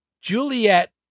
Juliet